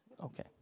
Okay